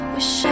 Wish